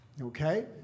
okay